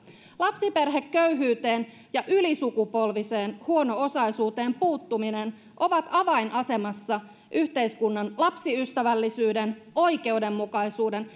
lapsiperheköyhyyteen ja ylisukupolviseen huono osaisuuteen puuttuminen ovat avainasemassa yhteiskunnan lapsiystävällisyyden oikeudenmukaisuuden